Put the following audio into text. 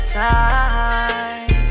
time